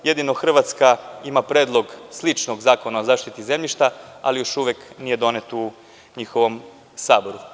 Jedino Hrvatska ima predlog sličnog zakona o zaštiti zemljišta, ali još uvek nije donet u njihovom saboru.